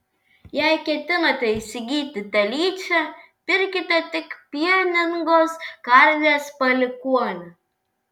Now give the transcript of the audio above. jei ketinate įsigyti telyčią pirkite tik pieningos karvės palikuonę